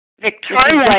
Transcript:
Victoria